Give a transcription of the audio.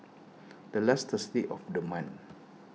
the last Thursday of the month